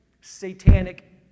satanic